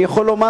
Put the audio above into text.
אני יכול לומר,